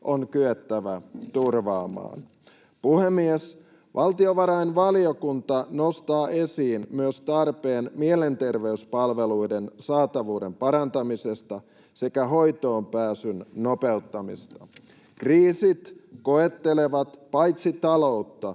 on kyettävä turvaamaan. Puhemies! Valtiovarainvaliokunta nostaa esiin myös tarpeen mielenterveyspalveluiden saatavuuden parantamisesta sekä hoitoonpääsyn nopeuttamisesta. Kriisit koettelevat paitsi taloutta